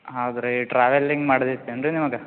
ಹೌದು ರೀ ಟ್ರಾವೆಲ್ಲಿಂಗ್ ಮಾಡೋದಿತ್ತೇನು ರಿ ನಿಮಗೆ